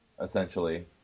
essentially